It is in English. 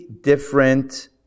different